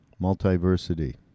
multiversity